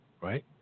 right